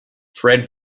fred